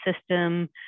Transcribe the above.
system